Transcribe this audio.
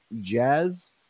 jazz